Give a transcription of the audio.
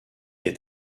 est